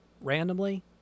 randomly